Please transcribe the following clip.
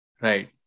right